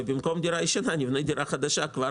ובמקום דירה ישנה נבנה דירה חדשה כבר